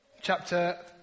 chapter